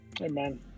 Amen